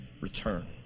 return